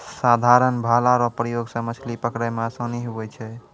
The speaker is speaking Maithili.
साधारण भाला रो प्रयोग से मछली पकड़ै मे आसानी हुवै छै